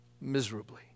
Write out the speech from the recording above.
miserably